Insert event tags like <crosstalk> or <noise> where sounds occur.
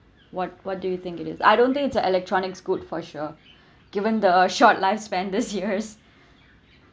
what what do you think it is I don't think it's electronics good for sure <breath> given the short lifespan these years <breath>